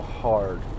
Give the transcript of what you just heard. hard